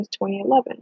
2011